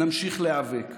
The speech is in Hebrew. נמשיך להיאבק,